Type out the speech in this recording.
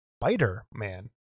Spider-Man